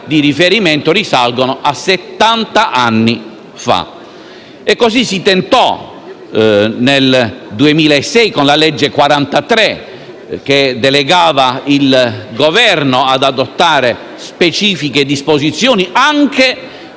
di riferimento risalgono a settant' anni fa. Così si tentò di fare, nel 2006, con la legge n. 43 che delegava il Governo ad adottare specifiche disposizioni anche per